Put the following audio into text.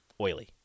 oily